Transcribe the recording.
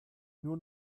nur